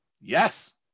yes